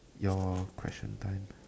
your question I